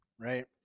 Right